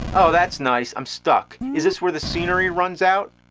oh thatis nice! i'm stuck! is this where the scenery runs out?